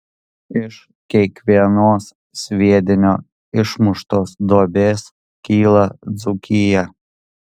iš kiekvienos sviedinio išmuštos duobės kyla dzūkija